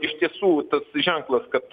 iš tiesų tas ženklas kad